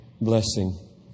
blessing